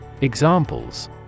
Examples